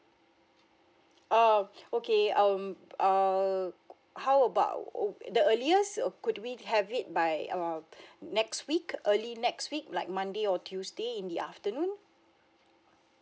err okay um uh how about oh the earliest uh could we have it by err next week early next week like monday or tuesday in the afternoon